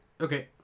Okay